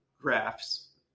graphs